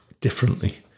differently